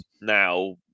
now